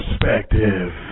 perspective